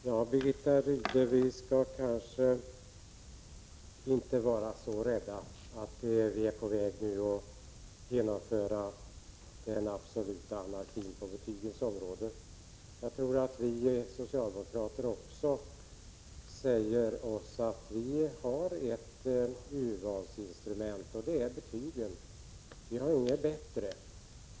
Fru talman! Vi kanske inte skall vara så rädda och tro att vi nu är på väg att införa den absoluta anarkin på betygens område, Birgitta Rydle. Även vi socialdemokrater konstaterar att vi i dag inte har något bättre urvalsinstrument än betygen.